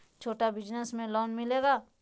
छोटा बिजनस में लोन मिलेगा?